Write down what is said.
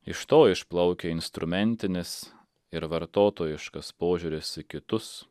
iš to išplaukia instrumentinis ir vartotojiškas požiūris į kitus